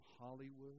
Hollywood